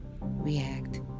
react